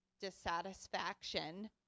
dissatisfaction